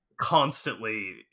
constantly